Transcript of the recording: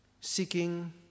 seeking